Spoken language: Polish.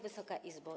Wysoka Izbo!